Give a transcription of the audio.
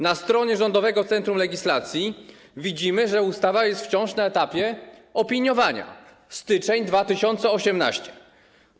Na stronie Rządowego Centrum Legislacji widzimy, że ustawa jest wciąż na etapie opiniowania - styczeń 2018 r.